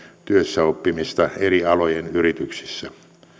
työssäoppimista eri alojen yrityksissä